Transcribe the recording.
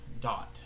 dot